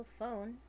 phone